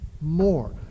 more